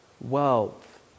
wealth